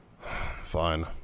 Fine